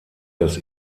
das